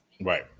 Right